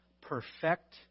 perfect